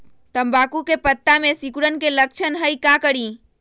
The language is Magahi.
तम्बाकू के पत्ता में सिकुड़न के लक्षण हई का करी?